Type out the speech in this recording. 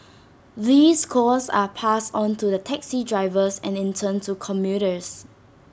these costs are passed on to the taxi drivers and in turn to commuters